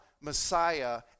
Messiah